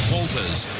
Walters